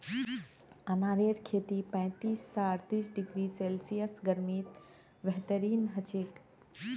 अनारेर खेती पैंतीस स अर्तीस डिग्री सेल्सियस गर्मीत बेहतरीन हछेक